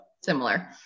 similar